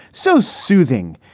so soothing,